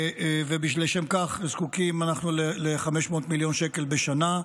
ולשם כך זקוקים אנחנו ל-500 מיליון שקל בשנה.